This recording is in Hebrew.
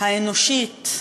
האנושית,